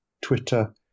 Twitter